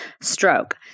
stroke